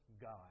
God